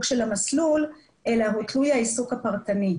של המסלול אלא הוא תלוי העיסוק הפרטני.